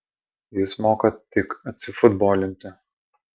jis moka tik atsifutbolinti